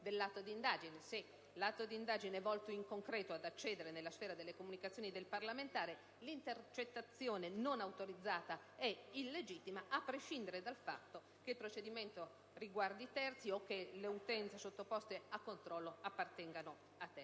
dell'atto di indagine». Se tale atto è volto, in concreto, ad accedere nella sfera delle comunicazioni del parlamentare, l'intercettazione non autorizzata è illegittima, a prescindere dal fatto che il procedimento riguardi terzi o che le utenze sottoposte a controllo appartengano a terzi.